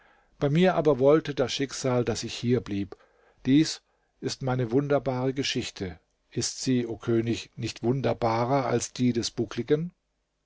bei mir aber wollte das schicksal daß ich hier blieb dies ist meine wunderbare geschichte ist sie o könig nicht wunderbarer als die des buckligen